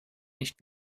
nicht